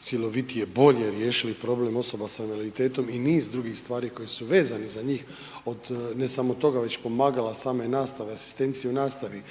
cjelovitije bolje riješili problem osoba s invaliditetom i niz drugih stvari koje su vezane za njih od ne samo toga već pomagala, same nastave, asistencije u nastavi,